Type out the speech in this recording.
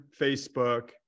Facebook